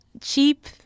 cheap